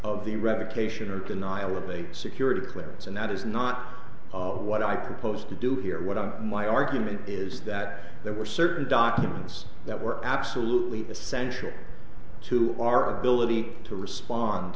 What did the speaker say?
of the revocation or denial of a security clearance and that is not what i proposed to do here what i my argument is that there were certain documents that were absolutely essential to our ability to respond